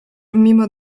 mimo